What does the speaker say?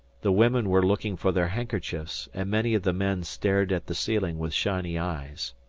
the women were looking for their handkerchiefs, and many of the men stared at the ceiling with shiny eyes.